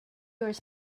was